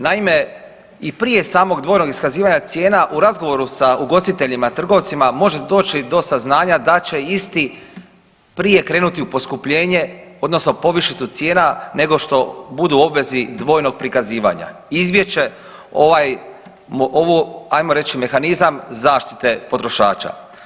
Naime, i prije samog dvojnog iskazivanja cijena u razgovoru sa ugostiteljima, trgovcima možete doći do saznanja da će isti prije krenuti u poskupljenje odnosno povišicu cijena nego što budu u obvezi dvojnog prikazivanja, izbjeći će ovaj ovu ajmo reći mehanizam zaštite potrošača.